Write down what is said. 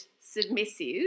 submissive